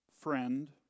friend